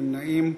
אין נמנעים.